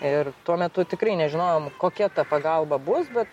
ir tuo metu tikrai nežinojom kokia ta pagalba bus bet